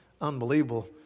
unbelievable